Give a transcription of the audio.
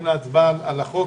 מצביעים על הצעת החוק,